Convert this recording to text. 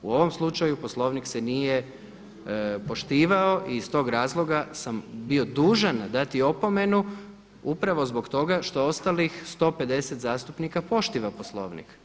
U ovom slučaju Poslovnik se nije poštivao i iz tog razloga sam bio dužan dati opomenu upravo zbog toga što ostalih 150 zastupnika poštuje Poslovnik.